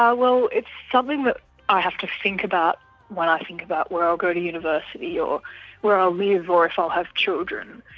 it's something that i have to think about when i think about where i'll go to university or where i'll live or if i'll have children.